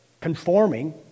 conforming